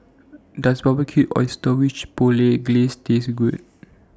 Does Barbecued Oysters with Chipotle Glaze Taste Good